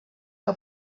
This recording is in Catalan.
que